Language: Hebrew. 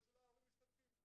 או שההורים משתתפים.